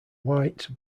white